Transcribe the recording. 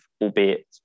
albeit